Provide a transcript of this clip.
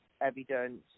evidence